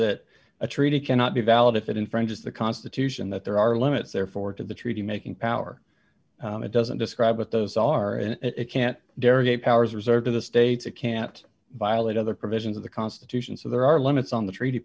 that a treaty cannot be valid if it infringes the constitution that there are limits therefore to the treaty making power it doesn't describe what those are and it can't delegate powers reserved to the states it can't violate other provisions of the constitution so there are limits on the treaty